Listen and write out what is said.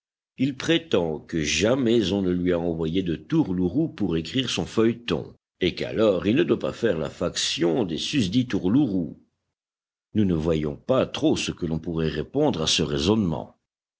il prétend que jamais on ne lui a envoyé de tourlourous pour écrire son feuilleton et qu'alors il ne doit pas faire la faction des susdits tourlourous nous ne voyons pas trop ce que l'on pourrait répondre à ce raisonnement